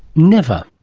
never.